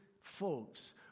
folks